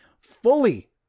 fully